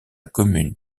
commune